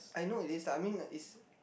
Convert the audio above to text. I know it is lah I mean like it's